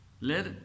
let